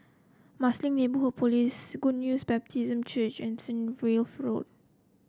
Marsiling Neighbourhood Police News Baptist Church and St Wilfred Road